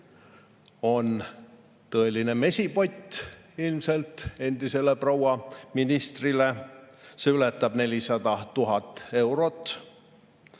on tõeline meepott ilmselt endisele proua ministrile, see ületab kokku 400 000 eurot,